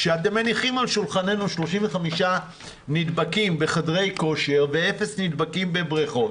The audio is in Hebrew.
כשאתם מניחים על שולחננו 35 נדבקים בחדרי כושר ואפס נדבקים בבריכות,